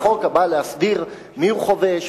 חוק הבא להסדיר מיהו חובש,